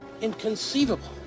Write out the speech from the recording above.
Inconceivable